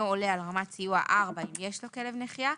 עולה על רמת סיוע 4 אם יש לו כלב נחיה,